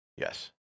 Yes